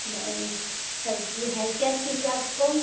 नहीं सब्जी है क्या चाहिए आपको